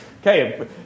Okay